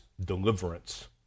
deliverance